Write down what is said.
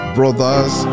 Brothers